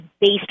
based